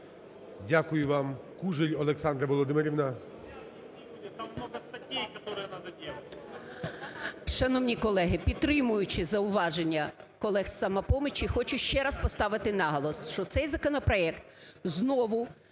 Дякую вам. Кужель Олександра Володимирівна.